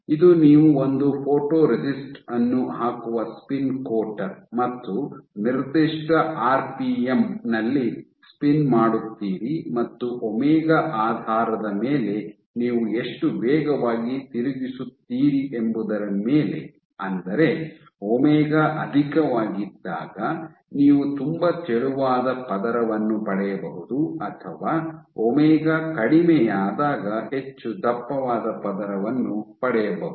ಇದು ನೀವು ಒಂದು ಫೋಟೊರೆಸಿಸ್ಟ್ ಅನ್ನು ಹಾಕುವ ಸ್ಪಿನ್ ಕೋಟರ್ ಮತ್ತು ನಿರ್ದಿಷ್ಟ ಆರ್ ಪಿ ಎಂ ನಲ್ಲಿ ಸ್ಪಿನ್ ಮಾಡುತ್ತೀರಿ ಮತ್ತು ಒಮೆಗಾ ಆಧಾರದ ಮೇಲೆ ನೀವು ಎಷ್ಟು ವೇಗವಾಗಿ ತಿರುಗಿಸುತ್ತೀರಿ ಎಂಬುದರ ಮೇಲೆ ಅಂದರೆ ಒಮೆಗಾ ಅಧಿಕವಾಗಿದ್ದಾಗ ನೀವು ತುಂಬಾ ತೆಳುವಾದ ಪದರವನ್ನು ಪಡೆಯಬಹುದು ಅಥವಾ ಒಮೆಗಾ ಕಡಿಮೆಯಾದಾಗ ಹೆಚ್ಚು ದಪ್ಪವಾದ ಪದರವನ್ನು ಪಡೆಯಬಹುದು